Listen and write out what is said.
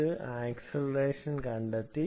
ഇത് ആക്സിലറേഷൻ കണ്ടെത്തി